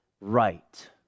right